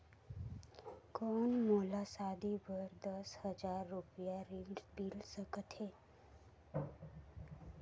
कौन मोला शादी बर दस हजार रुपिया ऋण मिल सकत है?